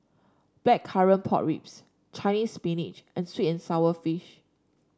Blackcurrant Pork Ribs Chinese Spinach and sweet and sour fish